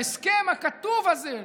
ההסכם הכתוב הזה,